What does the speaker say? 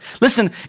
Listen